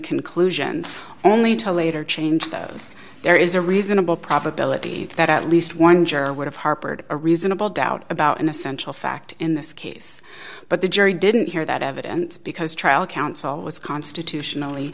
conclusions only to later change those there is a reasonable probability that at least one juror would have harbored a reasonable doubt about an essential fact in this case but the jury didn't hear that evidence because trial counsel was constitutionally